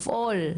לפעול.